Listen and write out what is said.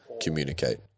communicate